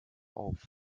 auf